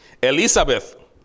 Elizabeth